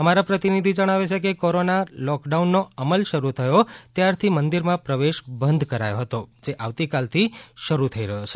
અમારા પ્રતિનિધિ જણાવે છે કોરોના લોકડાઉન નો અમલ શરૂ થયો ત્યાર થી મંદિર માં પ્રવેશ બંધ કરાયો હતો જે હવે આવતીકાલ થી શરૂ થઈ રહ્યો છે